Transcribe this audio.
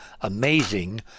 amazing